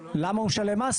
למה הוא משלם מס?